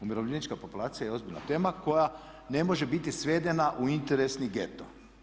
Umirovljenička populacija je ozbiljna tema koja ne može biti svedena u interesni geto.